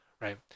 right